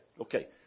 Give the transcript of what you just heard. Okay